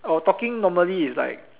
our talking normally is like